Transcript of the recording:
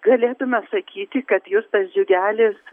galėtume sakyti kad justas džiugelis